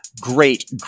great